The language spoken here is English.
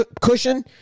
cushion